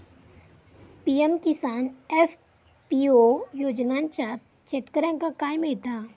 PM Kisan FPO योजनाच्यात शेतकऱ्यांका काय मिळता?